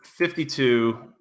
52